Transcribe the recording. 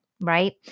right